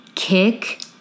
Kick